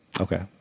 Okay